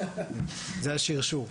זה השרשור.